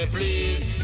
Please